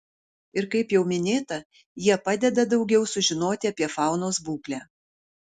ir kaip jau minėta jie padeda daugiau sužinoti apie faunos būklę